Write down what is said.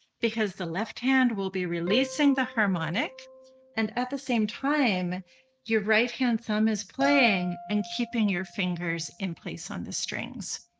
because the left hand will be releasing the harmonic and at the same time your right hand thumb is playing and keeping your fingers in place on the strings.